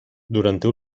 durante